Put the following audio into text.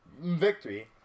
Victory